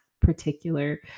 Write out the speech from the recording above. particular